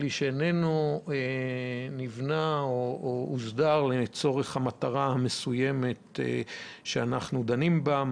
כלי שאיננו נבנה או הוסדר לצורך המטרה המסוימת שאנחנו דנים בה,